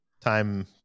time